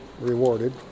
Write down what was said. rewarded